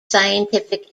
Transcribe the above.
scientific